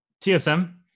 TSM